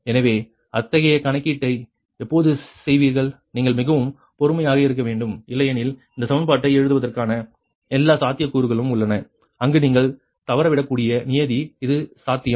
எனவே அத்தகைய கணக்கீட்டை எப்போது செய்வீர்கள் நீங்கள் மிகவும் பொறுமையாக இருக்க வேண்டும் இல்லையெனில் இந்த சமன்பாட்டை எழுதுவதற்கான எல்லா சாத்தியக்கூறுகளும் உள்ளன அங்கு நீங்கள் தவறவிடக்கூடிய நியதி இது சாத்தியம்